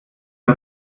wir